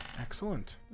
Excellent